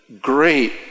great